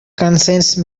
conscience